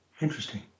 Interesting